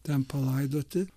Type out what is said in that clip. ten palaidoti